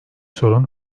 sorun